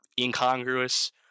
incongruous